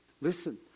listen